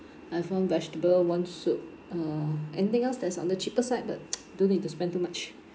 I've one vegetable one soup uh anything else that's on the cheaper side but don't need to spend too much